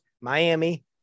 Miami